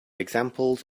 examples